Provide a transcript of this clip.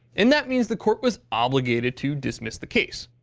and that means the court was obligated to dismiss the case.